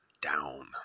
down